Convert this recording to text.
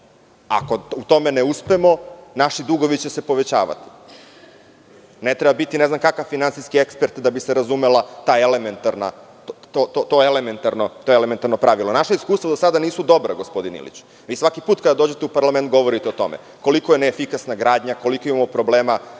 Ako u tome ne uspemo, naši dugovi će se povećavati. Ne treba biti ne znam kakav finansijski ekspert da bi se razumela to elementarno pravilo. Naša iskustva do sada nisu dobra gospodine Iliću. Svaki put kada dođete u parlament govorite o tome koliko je neefikasna gradnja, koliko imamo problema